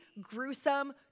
gruesome